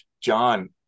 john